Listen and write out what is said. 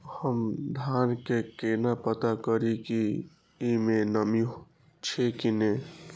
हम धान के केना पता करिए की ई में नमी छे की ने?